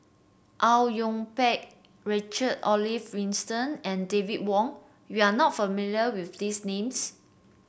Au Yue Pak Richard Olaf Winstedt and David Wong you are not familiar with these names